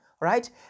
right